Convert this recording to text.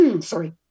sorry